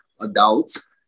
adults